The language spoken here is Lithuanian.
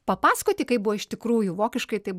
papasakoti kaip buvo iš tikrųjų vokiškai tai